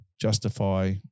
justify